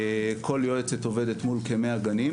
כל יועצת עובדת מול כמאה גנים